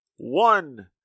One